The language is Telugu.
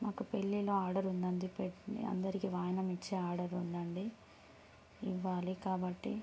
మాకు పెళ్ళిలో ఆర్డర్ ఉందని చెప్పి మీ అందరికి వాయినం ఇచ్చే ఆర్డర్ ఉంది అండి ఇవ్వాలి కాబట్టి